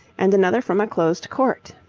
and another from a closed court.